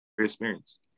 experience